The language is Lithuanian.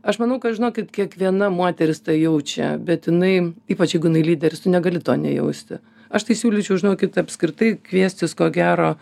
aš manau kad žinokit kiekviena moteris tą jaučia bet jinai ypač jeigu jinai lyderis tu negali to nejausti aš tai siūlyčiau žinokit apskritai kviestis ko gero